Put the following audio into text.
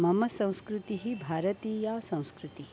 मम संस्कृतिः भारतीयसंस्कृतिः